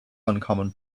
uncommon